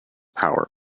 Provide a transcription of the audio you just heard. power